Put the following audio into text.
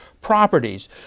properties